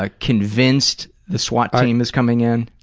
ah convinced the swat team is coming in.